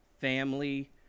family